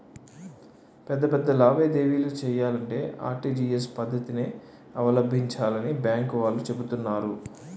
పెద్ద పెద్ద లావాదేవీలు చెయ్యాలంటే ఆర్.టి.జి.ఎస్ పద్దతినే అవలంబించాలని బాంకు వాళ్ళు చెబుతున్నారు